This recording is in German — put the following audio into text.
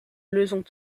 lösung